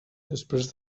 després